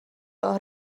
راه